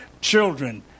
children